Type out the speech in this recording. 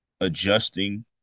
adjusting